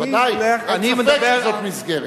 בוודאי, אין ספק שזאת מסגרת.